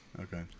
Okay